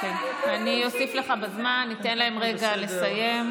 אני אוסיף לך בזמן, ניתן להן רגע לסיים.